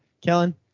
Kellen